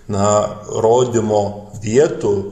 na rodymo vietų